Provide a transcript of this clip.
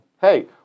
Hey